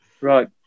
right